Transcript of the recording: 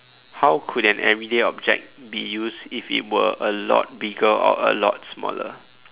how could an every day object be used if it were a lot bigger or a lot smaller